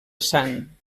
sant